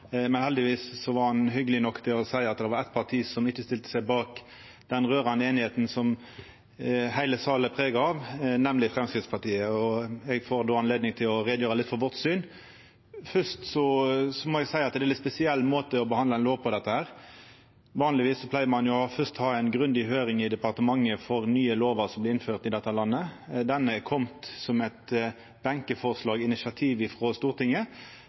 men heldigvis var han hyggjeleg nok til å seia at det var eitt parti som ikkje stilte seg bak den rørande einigheita som heile salen er prega av, nemleg Framstegspartiet, og eg får då anledning til å gjera litt greie for vårt syn. Først må eg seia at dette er ein litt spesiell måte å behandla ei lov på. Vanlegvis pleier ein først å ha ei grundig høyring i departementet for nye lover som blir innførte i dette landet. Denne lova er komen som eit benkeforslagsinitiativ frå Stortinget,